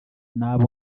n’abo